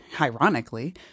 ironically